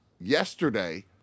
yesterday